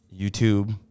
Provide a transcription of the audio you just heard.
YouTube